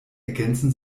ergänzen